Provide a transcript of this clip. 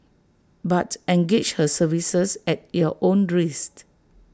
but engage her services at your own risk